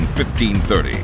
1530